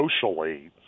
socially